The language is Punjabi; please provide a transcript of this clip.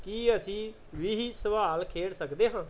ਕੀ ਅਸੀਂ ਵੀਹ ਸਵਾਲ ਖੇਡ ਸਕਦੇ ਹਾਂ